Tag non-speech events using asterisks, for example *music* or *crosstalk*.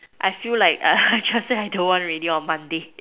I feel like uh *noise* I just say I don't want already on Monday